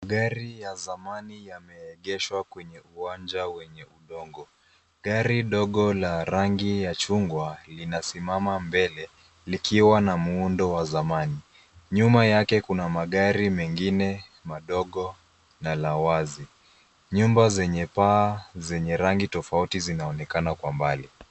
Gari ya zamani yameegeshwa kwenye uwanja wenye udongo. Gari dogo la rangi ya chungwa linasimama mbele likiwa na muundo wa zamani. Nyuma yake kuna magari mengine madogo na la wazi. Nyumba zenye paa zenye rangi tofauti zinaonekana kwa mbali.